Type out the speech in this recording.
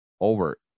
over